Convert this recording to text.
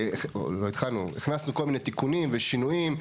דיוק לא התחלנו; הכנסנו כל מיני תיקונים ושינויים,